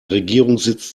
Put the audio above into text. regierungssitz